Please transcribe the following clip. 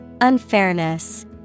Unfairness